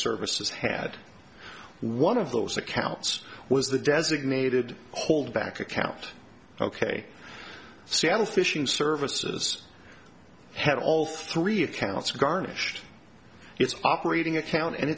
services had one of those accounts was the designated hold back account ok seattle fishing services had all three accounts garnished its operating account and